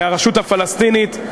מהרשות הפלסטינית.